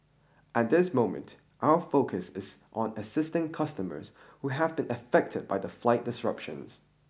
at this moment our focus is on assisting customers who have been affected by the flight disruptions